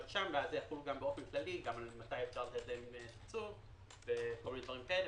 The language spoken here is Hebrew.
שם ואז יחול גם באופן מתי אפשר לתת להם תקצוב וכל מיני דברים כאלה.